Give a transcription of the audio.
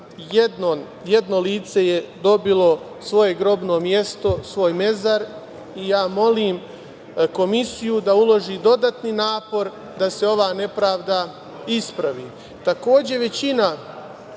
jedno lice je dobilo svoje grobno mesto, svoj mezar. Ja molim Komisiju da uloži dodatni napor da se ova nepravda ispravi. Takođe,